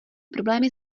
problémy